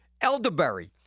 elderberry